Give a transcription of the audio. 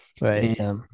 Right